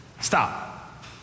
Stop